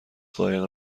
قایق